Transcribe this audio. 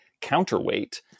counterweight